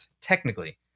technically